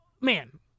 man